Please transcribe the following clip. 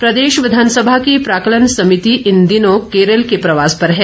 समिति प्रदेश विधानसभा की प्राक्कलन समिति इन दिनों केरल के प्रवास पर है